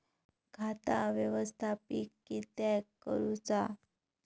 खाता व्यवस्थापित किद्यक करुचा?